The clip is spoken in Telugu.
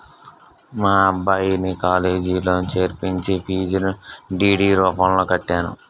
మా అబ్బాయిని కాలేజీలో చేర్పించి ఫీజును డి.డి రూపంలో కట్టాను